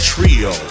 Trio